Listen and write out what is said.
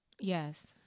Yes